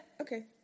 Okay